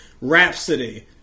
Rhapsody